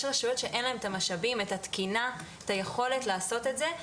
יש רשויות שאין להם משאבים את התקינה את היכולת לעשות את זה.